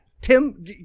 Tim